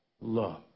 love